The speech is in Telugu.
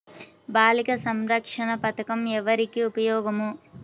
బాలిక సంరక్షణ పథకం ఎవరికి ఉపయోగము?